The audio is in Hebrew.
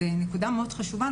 זו נקודה חשובה מאוד.